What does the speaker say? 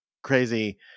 crazy